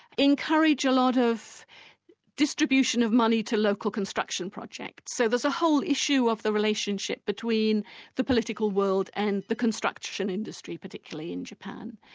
encourage a lot of distribution of money to local construction projects. so there's a whole issue of the relationship between the political world and the construction industry particularly in japan.